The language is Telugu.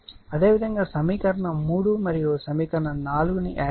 అదేవిధంగా సమీకరణం 3 మరియు సమీకరణం 4 ను యాడ్ చేయండి